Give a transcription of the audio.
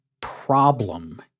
problem